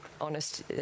honest